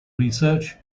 research